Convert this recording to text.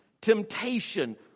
Temptation